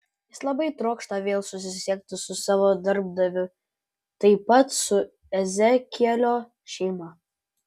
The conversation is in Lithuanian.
jis labai trokšta vėl susisiekti su savo darbdaviu taip pat su ezekielio šeima